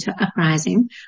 Uprising